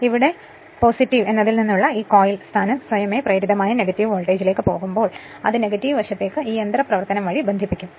ഇവിടെ എന്നതിൽ നിന്നുള്ള ഈ കോയിൽ സ്ഥാനം സ്വയമേവ പ്രേരിതമായ നെഗറ്റീവ് വോൾട്ടേജിലേക്ക് പോകുമ്പോൾ അത് നെഗറ്റീവ് വശത്തേക്ക് ഈ യന്ത്ര പ്രവർത്തനം വഴി ബന്ധിപ്പിക്കും